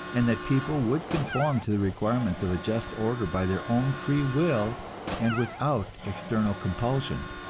and that people would conform to the requirements of a just order by their own free will and without external compulsion.